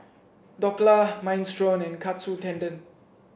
Dhokla Minestrone and Katsu Tendon